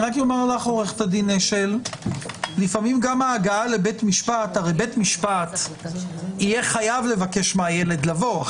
רק אומר לך עו"ד אשל הרי בית המשפט יהיה חייב לבקש מהילד לבוא.